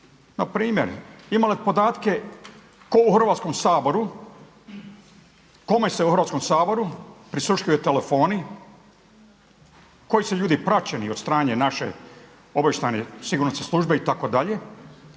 na primjer ima li podatke tko u Hrvatskom saboru, kome se u Hrvatskom saboru prisluškuju telefoni, koji su ljudi praćeni od strane naše Obavještajne sigurnosne službe itd.